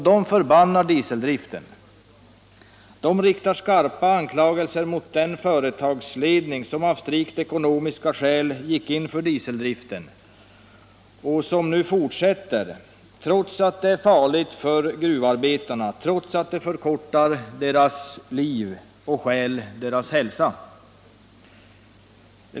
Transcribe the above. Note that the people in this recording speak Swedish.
De förbannar dieseldriften och riktar + skarpa anklagelser mot den företagsledning som av strikt ekonomiska skäl gick in för dieseldriften och som nu fortsätter med den, trots att det är farligt för gruvarbetarna, trots att det förkortar deras liv och stjäl deras hälsa.